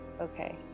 Okay